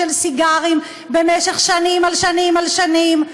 לסיגרים במשך שנים על שנים על שנים,